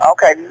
Okay